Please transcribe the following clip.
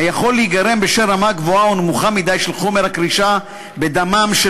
היכול להיגרם בשל רמה גבוהה או נמוכה מדי של חומרי הקרישה בדמם של